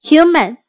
Human